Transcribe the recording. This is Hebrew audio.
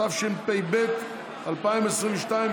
התשפ"ב 2022,